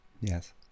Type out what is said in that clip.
Yes